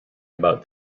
about